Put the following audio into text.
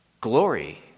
Glory